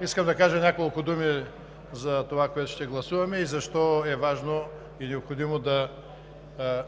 Искам да кажа няколко думи за това, което ще гласуваме, и защо е важно и необходимо да